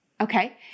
Okay